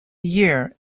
year